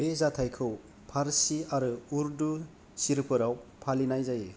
बे जाथायखौ पार्सि आरो उर्दु सिरुफोराव फालिनाय जायो